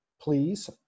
please